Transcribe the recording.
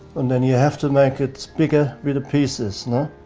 and then you have to make it bigger with the pieces no.